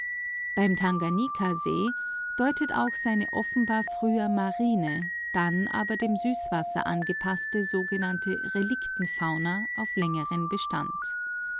beim tanganikasee deutet auch seine offenbar früher marine dann aber dem süßwasser angepaßte sogenannte reliktenfauna auf längeren bestand